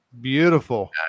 Beautiful